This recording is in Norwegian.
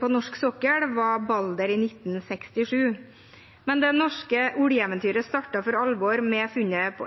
på norsk sokkel var Balder i 1967. Men det norske oljeeventyret startet for alvor med funnet på